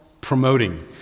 promoting